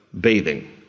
bathing